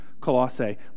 Colossae